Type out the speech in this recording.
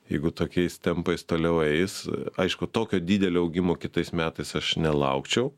jeigu tokiais tempais toliau eis aišku tokio didelio augimo kitais metais aš nelaukčiau